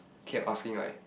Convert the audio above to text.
kept asking like